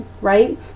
right